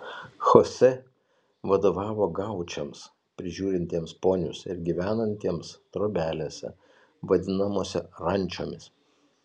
chosė vadovavo gaučams prižiūrintiems ponius ir gyvenantiems trobelėse vadinamose rančomis